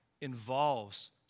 involves